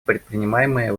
предпринимаемые